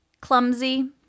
Clumsy